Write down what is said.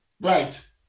Right